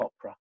opera